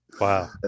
Wow